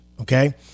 okay